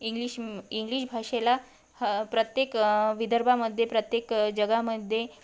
English English भाषेला ह प्रत्येक विदर्भामध्ये प्रत्येक जगामध्ये